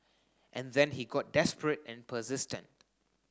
and then he got desperate and persistent